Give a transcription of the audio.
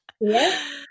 Yes